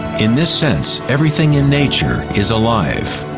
in this sense, everything in nature is alive,